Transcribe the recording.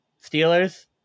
Steelers